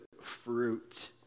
fruit